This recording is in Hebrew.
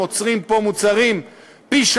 הם מוכרים פה מוצרים בפי-שלושה,